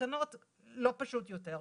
תקנות לא פשוט יותר.